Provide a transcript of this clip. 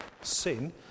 Sin